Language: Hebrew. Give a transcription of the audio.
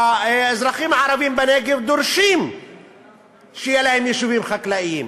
האזרחים הערבים בנגב דורשים שיהיו להם יישובים חקלאיים